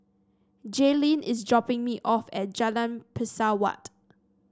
Jaylin is dropping me off at Jalan Pesawat